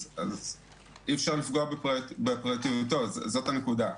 אי אפשר לפגוע בפרטיותו, זאת הנקודה.